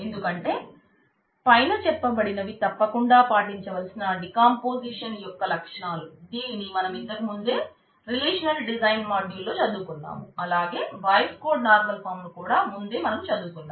ఎందుకంటే పైన చెప్పబడినవి తప్పకుండా పాటించవలసిన డీకంపోజిషన్ ను కూడా ముందే మనం చదువుకున్నాం